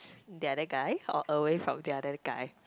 the other guy or away from the other guy